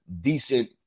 decent